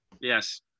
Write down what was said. Yes